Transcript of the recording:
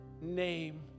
name